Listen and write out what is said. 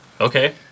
Okay